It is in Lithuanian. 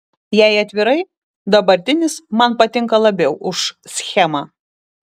jei atvirai dabartinis man patinka labiau už schemą